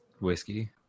whiskey